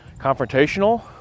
confrontational